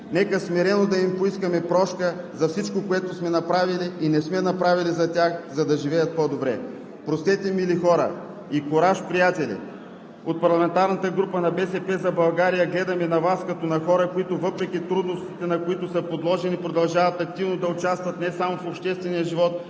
нека смирено да им поискаме прошка за всичко, което сме направили и не сме направили за тях, за да живеят по-добре. Простете, мили хора, и кураж, приятели! От парламентарната група на „БСП за България“ гледаме на Вас като на хора, които въпреки трудностите, на които са подложени, продължават активно да участват не само в обществения живот,